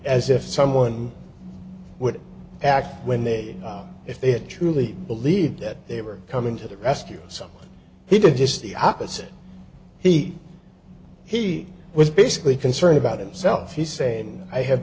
as if someone would act when they if they had truly believed that they were coming to the rescue something he did just the opposite he he was basically concerned about himself he's saying i have